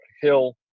Hill